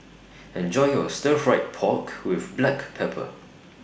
Enjoy your Stir Fry Pork with Black Pepper